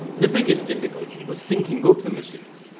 the biggest difficulty was synching up the machines,